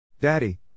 Daddy